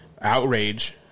outrage